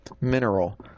mineral